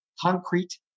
concrete